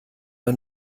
man